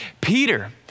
Peter